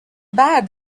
bad